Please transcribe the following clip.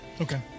Okay